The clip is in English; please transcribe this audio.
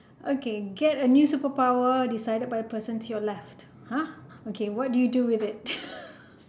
okay get a new superpower decided by the person to your left !huh! okay what do you do with it